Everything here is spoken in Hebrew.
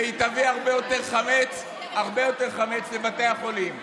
והיא תביא הרבה יותר חמץ לבתי החולים.